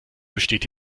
besteht